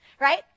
right